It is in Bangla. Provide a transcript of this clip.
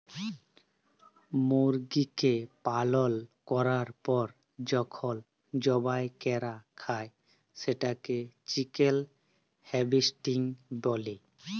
মুরগিকে পালল ক্যরার পর যখল জবাই ক্যরা হ্যয় সেটকে চিকেল হার্ভেস্টিং ব্যলে